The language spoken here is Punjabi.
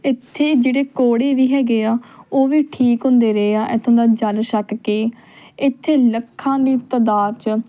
ਇੱਥੇ ਜਿਹੜੇ ਕੋਹੜੀ ਵੀ ਹੈਗੇ ਆ ਉਹ ਵੀ ਠੀਕ ਹੁੰਦੇ ਰਹੇ ਆ ਇੱਥੋਂ ਦਾ ਜਲ ਛੱਕ ਕੇ ਇੱਥੇ ਲੱਖਾਂ ਦੀ ਤਾਦਾਦ 'ਚ